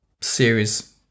series